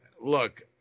look